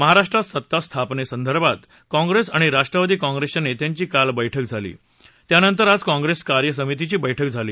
महाराष्ट्रात सत्ता स्थापनेसंदर्भात काँग्रेस आणि राष्ट्रवादी काँग्रेसच्या नेत्यांची काल बैठक झाली त्यानंतर आज काँग्रेस कायसमितीची बैठक झाली